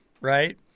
right